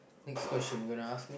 next question you gonna ask me